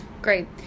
Great